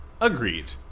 Agreed